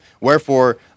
Wherefore